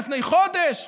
לפני חודש,